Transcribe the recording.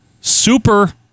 Super